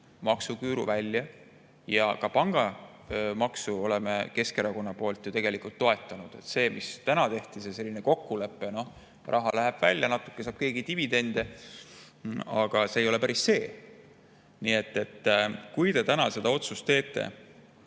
ärajätmist] ja ka pangamaksu oleme Keskerakonna poolt ju tegelikult toetanud. See, mis täna tehti, selline kokkulepe, et raha läheb välja, natuke saab keegi dividende, ei ole päris see. Nii et kui te täna seda otsust teete